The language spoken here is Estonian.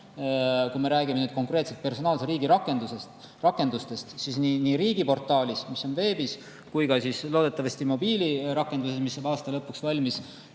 kui me räägime nüüd konkreetselt personaalse riigi rakendustest, nii riigiportaalis, mis on veebis, kui ka loodetavasti mobiilirakenduses, mis saab aasta lõpuks valmis,